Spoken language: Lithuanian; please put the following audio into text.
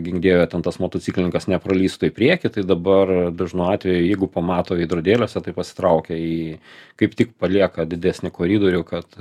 gink dieve ten tas motociklininkas nepralįstų į priekį tai dabar dažnu atveju jeigu pamato veidrodėliuose tai pasitraukia į kaip tik palieka didesnį koridorių kad